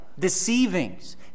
Deceivings